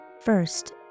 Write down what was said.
First